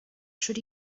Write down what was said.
should